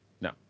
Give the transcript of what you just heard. No